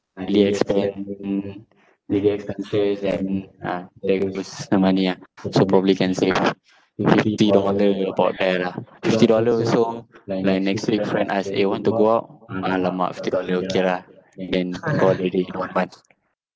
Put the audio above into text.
daily expen~ mm daily expenses then ah there goes my money ah so probably can save up fifty dollar about that ah fifty dollar also like next day friend ask eh want to go out alamak fifty dollar okay lah then gone already one month